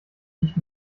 nicht